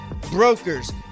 brokers